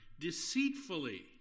deceitfully